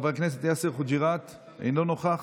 חבר הכנסת יאסר חוגי'ראת, אינו נוכח.